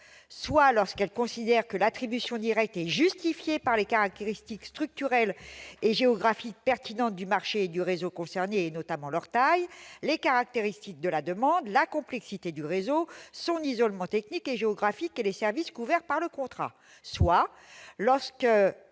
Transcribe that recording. :« Lorsqu'elle considère que l'attribution directe est justifiée par les caractéristiques structurelles et géographiques pertinentes du marché et du réseau concernés, et notamment leur taille, les caractéristiques de la demande, la complexité du réseau, son isolement technique et géographique et les services couverts par le contrat